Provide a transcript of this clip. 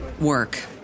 work